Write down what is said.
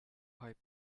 pipe